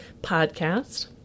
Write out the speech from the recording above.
Podcast